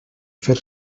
fer